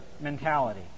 mentality